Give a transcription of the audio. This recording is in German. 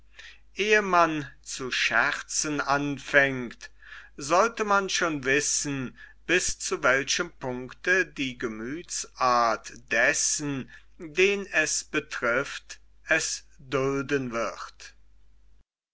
man zu scherzen anfängt sollte man schon wissen bis zu welchem punkte die gemüthsart dessen den es betrifft es dulden wird